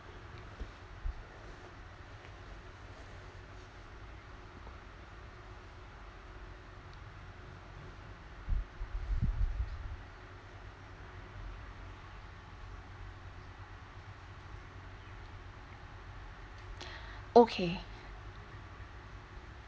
okay